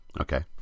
Okay